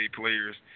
players